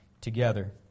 together